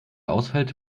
ausfällt